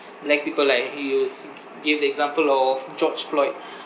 black people like he use gave the example of george floyd